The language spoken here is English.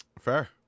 Fair